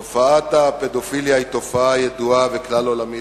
תופעת הפדופיליה היא תופעה ידועה וכלל-עולמית,